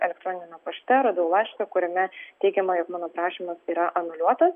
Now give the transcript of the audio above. elektroniniame pašte radau laišką kuriame teigiama jog mano prašymas yra anuliuotas